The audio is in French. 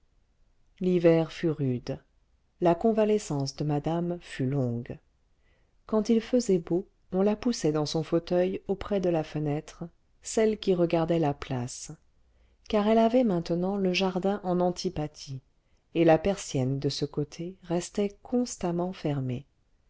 l'hiver fut rude la convalescence de madame fut longue quand il faisait beau on la poussait dans son fauteuil auprès de la fenêtre celle qui regardait la place car elle avait maintenant le jardin en antipathie et la persienne de ce côté restait constamment fermée